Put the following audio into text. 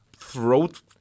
Throat